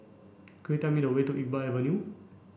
could you tell me the way to Iqbal Avenue